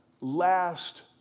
last